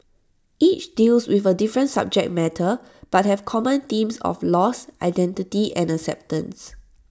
each deals with A different subject matter but have common themes of loss identity and acceptance